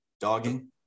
dogging